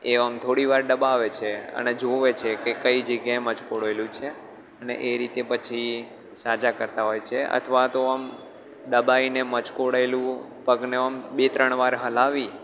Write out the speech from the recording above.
એ અંગ થોડીવાર દબાવે છે અને જુએ છે કે કઈ જગ્યાએ મચકોડાયેલું છે અને એ રીતે પછી સાજા કરતા હોય છે અથવા તો આમ દબાઈને મચકોડાયેલું પગને આમ બે ત્રણ વાર હલાવી